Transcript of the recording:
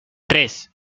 tres